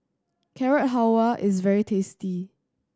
Carrot Halwa is very tasty